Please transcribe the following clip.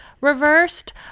reversed